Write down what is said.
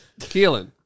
Keelan